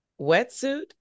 Wetsuit